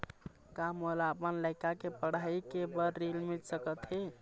का मोला अपन लइका के पढ़ई के बर ऋण मिल सकत हे?